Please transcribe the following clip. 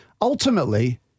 ultimately